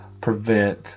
prevent